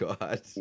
God